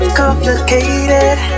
complicated